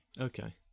Okay